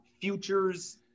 futures